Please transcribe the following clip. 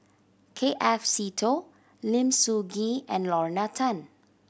K F Seetoh Lim Soo Ngee and Lorna Tan